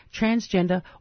transgender